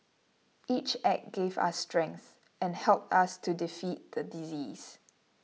each act gave us strength and helped us to defeat the disease